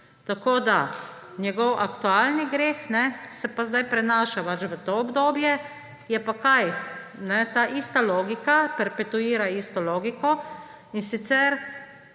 posadke. Njegov aktualni greh se pa zdaj prenaša pač v to obdobje, je pa kaj? Ta ista logika, perpetuira isto logiko, in sicer